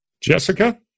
Jessica